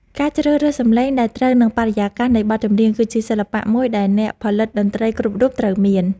ការជ្រើសរើសសំឡេងដែលត្រូវនឹងបរិយាកាសនៃបទចម្រៀងគឺជាសិល្បៈមួយដែលអ្នកផលិតតន្ត្រីគ្រប់រូបត្រូវមាន។